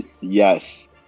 Yes